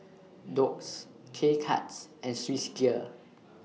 Doux K Cuts and Swissgear